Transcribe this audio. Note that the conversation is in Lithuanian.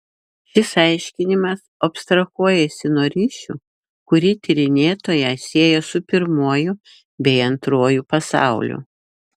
šis aiškinimas abstrahuojasi nuo ryšių kurį tyrinėtoją sieja su pirmuoju bei antruoju pasauliu